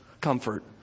comfort